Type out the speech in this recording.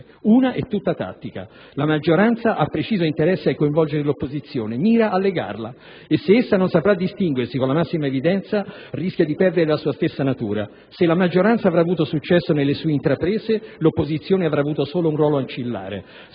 Una motivazione è tattica. La maggioranza ha preciso interesse a coinvolgere l'opposizione: mira a legarla e, se essa non saprà distinguersi con la massima evidenza, rischia di perdere la sua stessa natura. Se la maggioranza avrà avuto successo nelle sue intraprese, l'opposizione avrà avuto solo un ruolo ancillare.